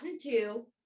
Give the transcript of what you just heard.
two